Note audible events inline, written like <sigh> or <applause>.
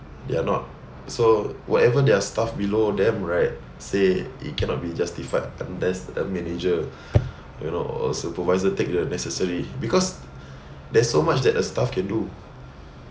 they are not so whatever their staff below them right say it cannot be justified then there's a manager you know or supervisor take the necessary because <breath> there's so much that a staff can do